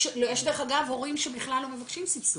יש דרך אגב הורים שבכלל לא מבקשים סבסוד,